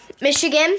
Michigan